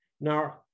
Now